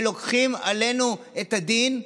ומקבלים עלינו את הדין.